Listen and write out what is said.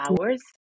hours